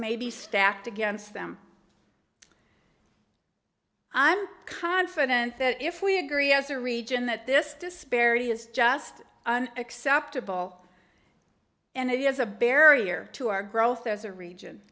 may be stacked against them i'm confident that if we agree as a region that this disparity is just acceptable and it is a barrier to our growth as a region